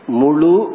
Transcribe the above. mulu